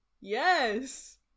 yes